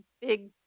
big